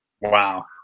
Wow